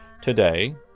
Today